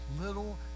little